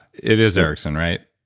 it is erickson, right?